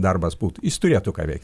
darbas būtų jis turėtų ką veikti